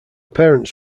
parents